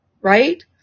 right